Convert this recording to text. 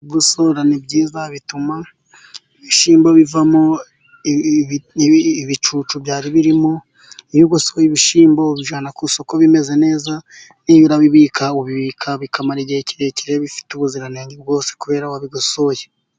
Kugosora ni byiza bituma ibishyimbo bivamo ibicucu byari birimo. Iyo ugosoye ibishyimbo ubijyana ku isoko bimeze neza, n'iyo urabibika ubibika bikamara igihe kirekire bifite ubuziranenge bwose kubera wabigosoye.